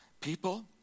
people